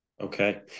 Okay